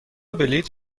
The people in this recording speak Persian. بلیط